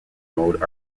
maude